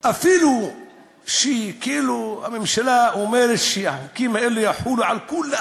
אפילו שכאילו הממשלה אומרת שהחוקים האלה יחולו על כולם,